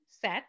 set